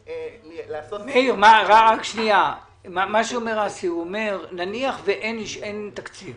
מאיר, אסי אומר שאם אין תקציב